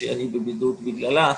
שאני בידוד בגללה,